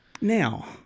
Now